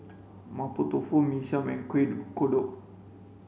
Mapo Tofu Mee Siam Kueh Kodok